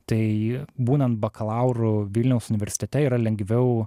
tai būnant bakalauru vilniaus universitete yra lengviau